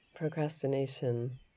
Procrastination